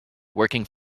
working